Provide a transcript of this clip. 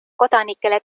kodanikele